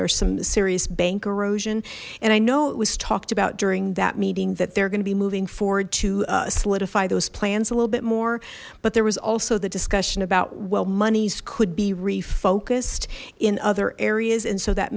there's some serious bank erosion and i know it was talked about during that meeting that they're gonna be moving forward to solidify those plans a little bit more but there was also the discussion about well monies could be refocused in other areas and so that